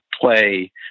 play